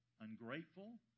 ungrateful